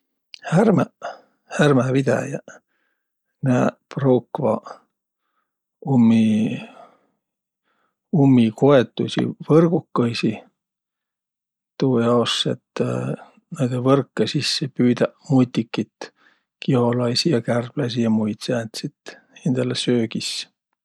Härmäq, härmävidäjäq, nääq pruukvaq ummi ummikoetuisi võrgukõisi tuujaos, et naidõ võrkõ sisse püüdäq mutikit: kiholaisi ja kärbläisi ja muid sääntsit hindäle söögis.